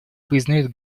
признают